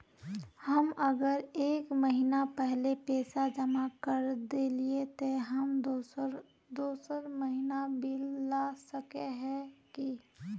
हम अगर एक महीना पहले पैसा जमा कर देलिये ते हम दोसर महीना बिल ला सके है की?